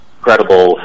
credible